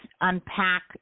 unpack